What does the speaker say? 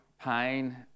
pain